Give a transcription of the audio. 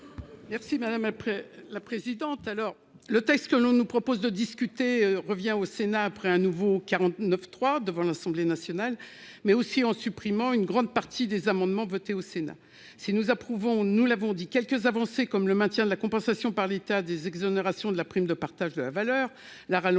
Merci madame la présidente, alors le texte que nous nous propose de discuter revient au Sénat, après un nouveau 49 3 devant l'Assemblée nationale, mais aussi en supprimant une grande partie des amendements votés au Sénat si nous approuvons, nous l'avons dit quelques avancées, comme le maintien de la compensation par l'État des exonérations de la prime de partage de la valeur, la rallonge